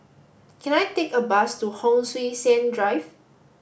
can I take a bus to Hon Sui Sen Drive